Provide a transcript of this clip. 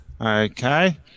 Okay